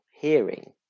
hearing